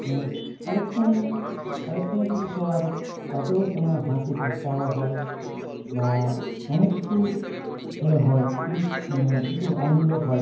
যেমন শাহরুখ খান শাহরুখানের কিছু শো আছে তাতেও যেমন হাসি ঠাট্টাও হয় বা অনেকে কেউ ইয়ে হয় ফিল মানে কিছু আনন্দ হয়